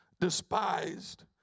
despised